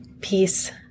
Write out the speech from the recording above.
Peace